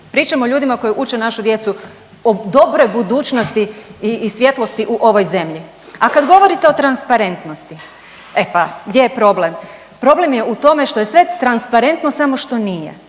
Pričam o ljudima koji uče našu djecu o dobroj budućnosti i svjetlosti u ovoj zemlji. A kad govorite o transparentnosti, e pa gdje je problem? Problem je u tome što je sve transparentno samo što nije.